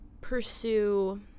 pursue